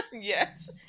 Yes